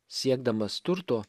siekdamas turto